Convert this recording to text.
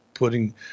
putting